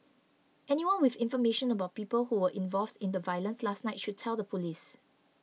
anyone with information about people who were involved in the violence last night should tell the police